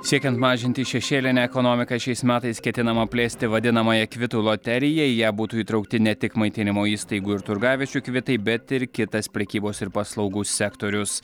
siekiant mažinti šešėlinę ekonomiką šiais metais ketinama plėsti vadinamąją kvitų loteriją į ją būtų įtraukti ne tik maitinimo įstaigų ir turgaviečių kvitai bet ir kitas prekybos ir paslaugų sektorius